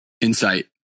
Insight